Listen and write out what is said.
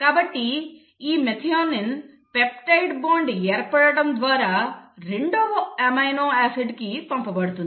కాబట్టి ఈ methionine peptide బంధం ఏర్పడటం ద్వారా రెండవ అమైనో ఆసిడ్ కి పంపబడుతుంది